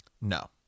No